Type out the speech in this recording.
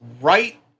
right